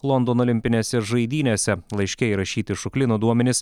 londono olimpinėse žaidynėse laiške įrašyti šuklino duomenys